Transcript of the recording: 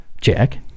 Jack